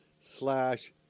slash